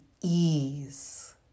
ease